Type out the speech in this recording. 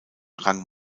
rang